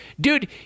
dude